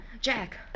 Jack